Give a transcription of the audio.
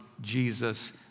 Jesus